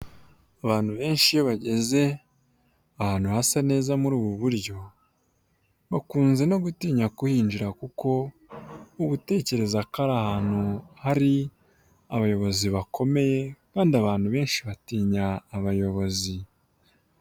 Abantu benshi iyo bageze ahantu hasa neza muri ubu buryo bakunze no gutinya kuhinjira kuko uba utekereza ko hari abayobozi bakomeye kandi abantu benshi batinya abayobozi.